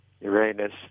Uranus